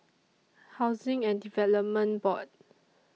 Housing and Development Board